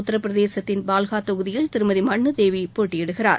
உத்தரப்பிரதேசத்தில் பால்ஹா தொகுதியில் திருமதி மன்னுதேவி போட்டியிடுகிறார்